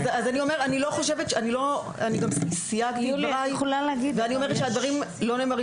אני גם סייגתי את דבריי ואני אומרת שהדברים לא נאמרים